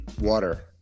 water